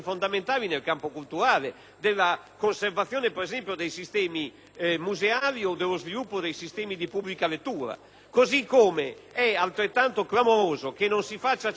la conservazione dei sistemi museali o lo sviluppo dei sistemi di pubblica lettura. È altrettanto clamoroso che non si faccia cenno - nella situazione,